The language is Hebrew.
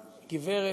גברת,